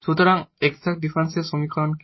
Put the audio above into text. সুতরাং exact differential সমীকরণ কি